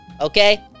okay